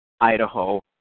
Idaho